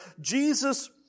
Jesus